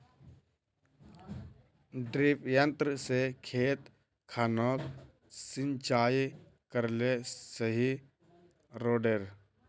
डिरिपयंऋ से खेत खानोक सिंचाई करले सही रोडेर?